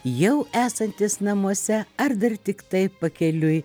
jau esantys namuose ar dar tiktai pakeliui